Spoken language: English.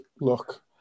look